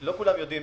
שלא כולם יודעים,